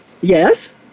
Yes